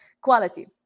quality